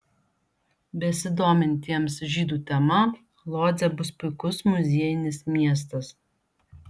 besidomintiems žydų tema lodzė bus puikus muziejinis miestas